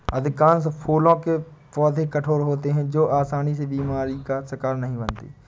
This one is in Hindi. अधिकांश फूलों के पौधे कठोर होते हैं जो आसानी से बीमारी का शिकार नहीं बनते